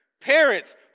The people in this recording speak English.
Parents